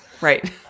Right